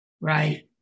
Right